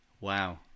Wow